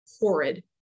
horrid